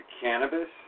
cannabis